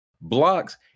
Blocks